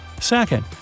Second